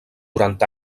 durant